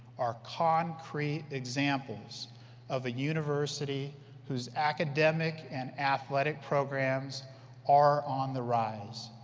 are concrete examples of a university who's academic and athletic programs are on the rise.